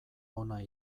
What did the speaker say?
ona